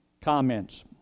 comments